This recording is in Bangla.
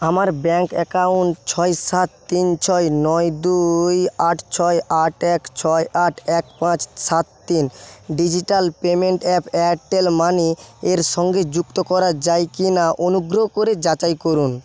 আমার ব্যাংক অ্যাকাউন্ট ছয় সাত তিন ছয় নয় দুই আট ছয় আট এক ছয় আট এক পাঁচ সাত তিন ডিজিটাল পেমেন্ট অ্যাপ এয়ারটেল মানিয়ের সঙ্গে যুক্ত করা যায় কি না অনুগ্রহ করে যাচাই করুন